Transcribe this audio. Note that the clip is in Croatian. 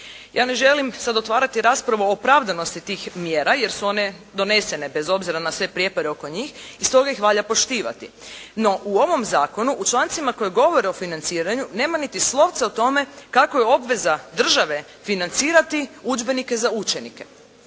Ja ne želim sad otvarati raspravu o opravdanosti tih mjera jer su one donesene bez obzira na sve prijepore oko njih i stoga ih valja poštivati. No, u ovom zakonu u člancima koji govore o financiranju nema niti slovce o tome kako je obveza države financirati udžbenike za učenike.